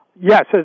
Yes